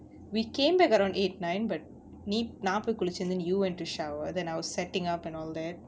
we came back around eight nine but நீ நா போய் குளுச்சோன:nee நா poi kuluchona you went to shower then I was setting up and all that